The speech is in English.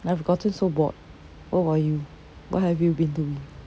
I have gotten so bored what about you what have you been doing